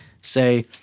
say